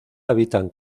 habitan